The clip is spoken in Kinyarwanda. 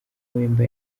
wemba